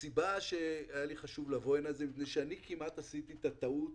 הסיבה שהיה לי חשוב לבוא לכאן היא מפני שאני כמעט עשיתי את הטעות